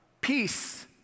peace